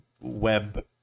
web